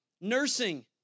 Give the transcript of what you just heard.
Nursing